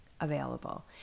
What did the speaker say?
available